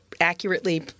accurately